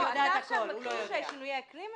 אתה עכשיו מכחיש שינויי אקלים?